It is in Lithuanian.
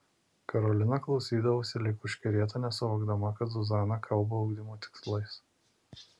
karolina klausydavosi lyg užkerėta nesuvokdama kad zuzana kalba ugdymo tikslais